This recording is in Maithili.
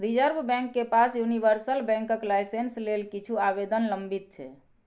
रिजर्व बैंक के पास यूनिवर्सल बैंकक लाइसेंस लेल किछु आवेदन लंबित छै